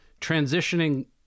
Transitioning